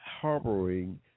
harboring